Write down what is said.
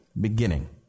beginning